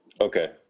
okay